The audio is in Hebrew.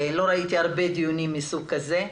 לא ראיתי הרבה דיונים מן הסוג הזה.